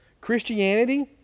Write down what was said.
Christianity